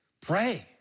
pray